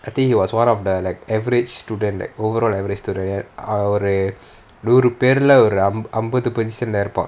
I think he was one of the like average student like overall average student ஒரு நூறு பேருல ஒரு அம்பது:oru nooru perula oru ambathu position leh இருப்பான்:irupaan